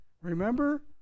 remember